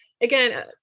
again